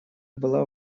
была